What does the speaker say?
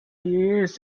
used